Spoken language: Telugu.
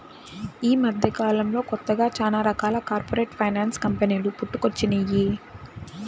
యీ మద్దెకాలంలో కొత్తగా చానా రకాల కార్పొరేట్ ఫైనాన్స్ కంపెనీలు పుట్టుకొచ్చినియ్యి